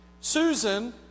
Susan